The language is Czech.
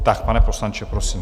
Tak, pane poslanče, prosím.